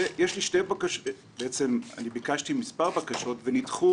אני ביקשתי מספר בקשות, שנדחו